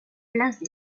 place